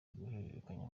guhererekanya